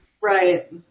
Right